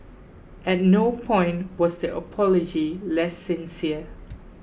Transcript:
at no point was the apology less sincere